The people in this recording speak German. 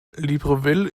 libreville